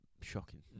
shocking